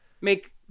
make